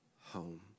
home